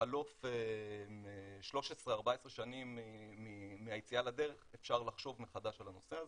ובחלוף 13-14 שנים מהיציאה לדרך אפשר לחשוב מחדש על הנושא הזה.